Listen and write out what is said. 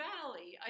Valley